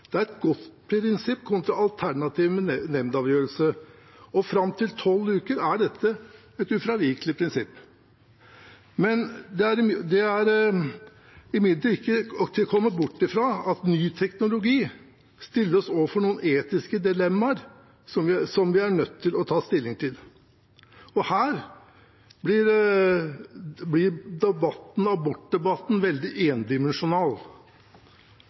abort, er et godt prinsipp kontra alternativet med nemndavgjørelse. Fram til tolv uker er dette et ufravikelig prinsipp, men det er imidlertid ikke til å komme bort fra at ny teknologi stiller oss overfor noen etiske dilemmaer som vi er nødt til å ta stilling til. Her blir abortdebatten veldig